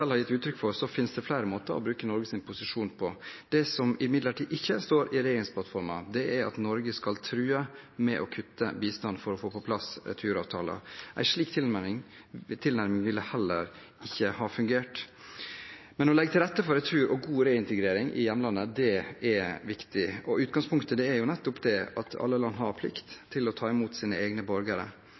har gitt uttrykk for, finnes det flere måter å bruke Norges posisjon på. Det som imidlertid ikke står i regjeringsplattformen, er at Norge skal true med å kutte bistand for å få på plass returavtaler. En slik tilnærming ville heller ikke ha fungert. Men å legge til rette for retur og god re-integrering i hjemlandet er viktig. Utgangspunktet er nettopp at alle land har plikt til å ta imot sine egne borgere.